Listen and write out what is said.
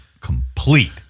complete